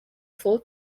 full